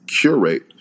curate